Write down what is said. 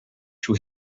too